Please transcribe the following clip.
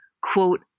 quote